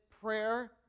prayer